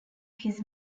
his